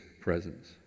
presence